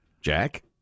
Jack